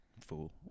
Fool